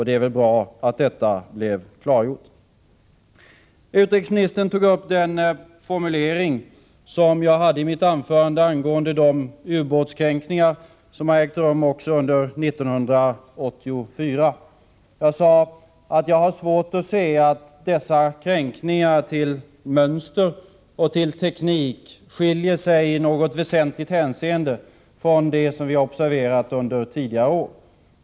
Det är bra att detta blev klargjort. Utrikesministern tog upp den formulering som jag hade i mitt anförande angående de ubåtskränkningar som har ägt rum också under 1984. Jag sade att jag har svårt att se att dessa kränkningar till mönster och teknik i något väsentligt hänseende skiljer sig från dem som vi har observerat under tidigare år.